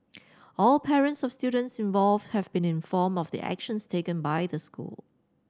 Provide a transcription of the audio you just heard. all parents of students involved have been informed of the actions taken by the school